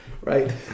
Right